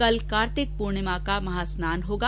कल कार्तिक पूर्णिमा का महा स्नान होगा